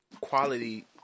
quality